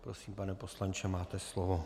Prosím, pane poslanče, máte slovo.